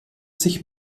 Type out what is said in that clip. sich